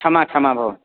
क्षमा क्षमा भो